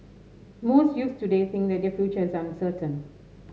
most youths today think that their future is uncertain